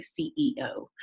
CEO